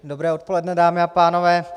Dobré odpoledne, dámy a pánové.